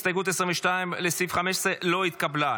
הסתייגות 22 לסעיף 15 לא התקבלה.